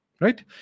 Right